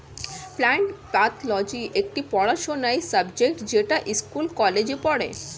plant pathology একটি পড়াশোনার subject যেটা স্কুল কলেজে পড়ে